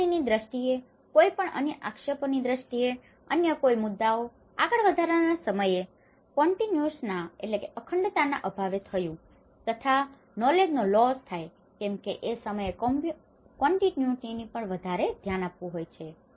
જાળવણીની દ્રષ્ટિએ કોઈપણ અન્ય આક્ષેપોની દ્રષ્ટિએ અન્ય કોઈપણ મુદ્દાઓ આગળ વધારવાના સમયે કોન્ટિન્યુટીના continuity અખંડતા અભાવે થયું તથા નોલેજનો knowledge જ્ઞાન લોસ loss નુકસાન થાય કેમ કે એ સમયે કોન્ટિન્યુટી continuity અખંડતા પર વધારે ધ્યાન આપવાનું હોય છે